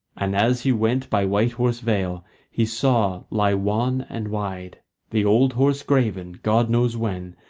and as he went by white horse vale he saw lie wan and wide the old horse graven, god knows when,